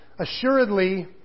Assuredly